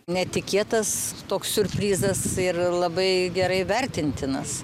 netikėtas toks siurprizas ir labai gerai vertintinas